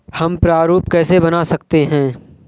हम प्रारूप कैसे बना सकते हैं?